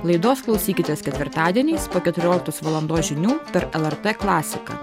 laidos klausykitės ketvirtadieniais po keturioliktos valandos žinių per lrt klasiką